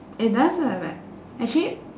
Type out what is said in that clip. it does ah but actually